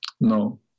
No